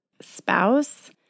spouse